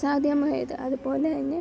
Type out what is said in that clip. സാധ്യമായത് അത് പോലെ തന്നെ